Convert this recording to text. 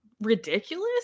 ridiculous